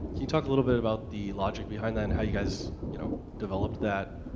you you talk a little bit about the logic behind that, and how you guys, you know, developed that?